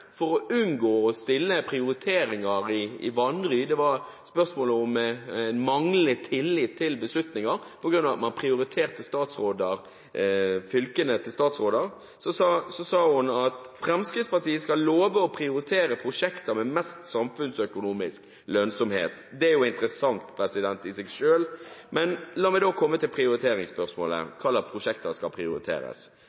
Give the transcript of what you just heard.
spørsmålet om manglende tillit til beslutninger fordi man prioriterte fylkene til statsråder – at Fremskrittspartiet skal love å prioritere prosjekter med størst samfunnsøkonomisk lønnsomhet. Det er jo interessant i seg selv, men la meg komme til prioriteringsspørsmålet